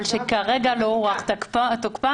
אבל שכרגע לא הוארך תוקפן.